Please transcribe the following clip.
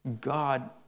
God